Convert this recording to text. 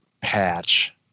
patch